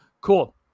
cool